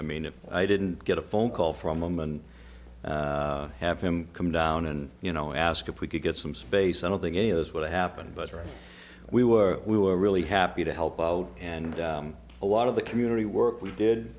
i mean if i didn't get a phone call from them and have him come down and you know ask if we could get some space i don't think any of this would happen but we were we were really happy to help out and a lot of the community work we did